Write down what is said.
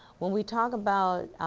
when we talk about